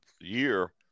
year